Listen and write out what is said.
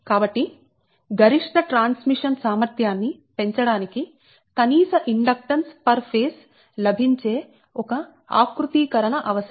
కాబట్టి గరిష్ట ట్రాన్స్మిషన్ సామర్థ్యాన్ని పెంచడానికి కనీస ఇండక్టెన్స్ పర్ ఫేజ్ లభించే ఒక ఆకృతీకరణ అవసరం